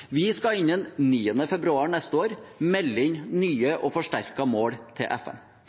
Vi skal innen 9. februar neste år melde inn nye og forsterkede mål til FN.